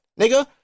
nigga